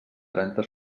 trenta